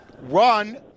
run